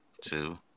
two